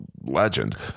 legend